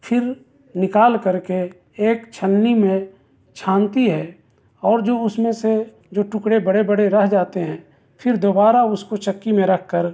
پھر نکال کر کے ایک چھلنی میں چھانتی ہے اور جو اُس میں سے جو ٹکڑے بڑے بڑے رہ جاتے ہیں پھر دوبارہ اُس کو چکّی میں رکھ کر